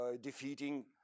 defeating